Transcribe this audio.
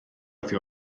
oddi